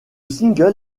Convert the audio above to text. single